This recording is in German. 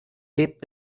lebt